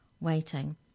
waiting